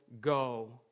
go